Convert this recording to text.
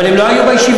אבל הם לא היו בישיבה.